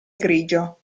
grigio